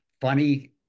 funny